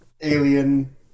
alien